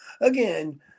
Again